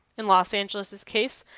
in los angeles's case,